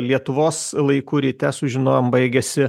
lietuvos laiku ryte sužinojom baigėsi